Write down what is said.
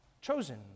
chosen